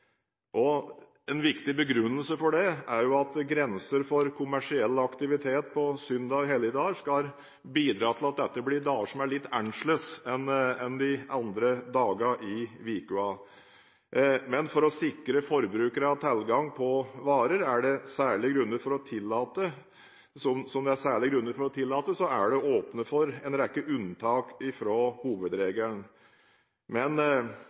En viktig begrunnelse for det er at grenser for kommersiell aktivitet på søndager og helligdager skal bidra til at dette blir dager som er litt annerledes enn de andre dagene i uken. Men for å sikre forbrukerne tilgang på varer som det er særlige grunner for å tillate, er det åpnet for en rekke unntak fra hovedregelen. Hvor grensen bør gå og hvilke hensyn en skal legge vekt på, er det